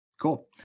Cool